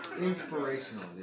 inspirational